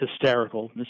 hysterical